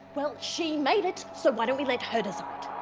well, she made it, so why don't we let her decide!